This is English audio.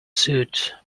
suit